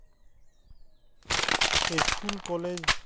school college